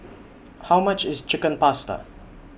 How much IS Chicken Pasta